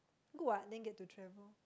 good what then get to travel